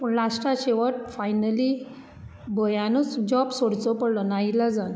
पूण लास्टाक शेवट फायनली भंयानुच जॉब सोडचो पडलो नाइलाजान